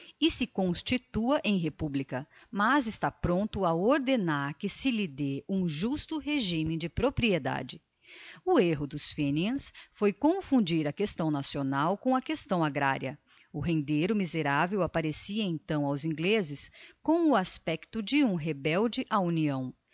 e se constitua em republica mas está prompto a ordenar que se lhe dê um justo regimen de propriedade o erro dos fenians foi confundir a questão nacional com a questão agraria o rendeiro miseravel apparecia então aos inglezes com o aspecto de um rebelde á união